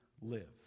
live